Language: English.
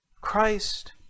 Christ